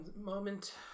Moment